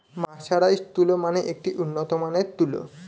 mercerised তুলো মানে একটি উন্নত মানের তুলো